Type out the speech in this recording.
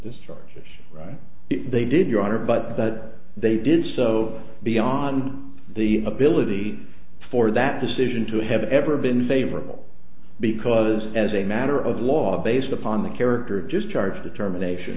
destruction they did your honor but that they did so beyond the ability for that decision to have ever been favorable because as a matter of law based upon the character just charged determination